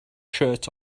shirt